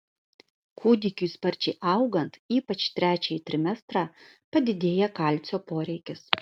kūdikiui sparčiai augant ypač trečiąjį trimestrą padidėja kalcio poreikis